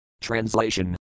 Translation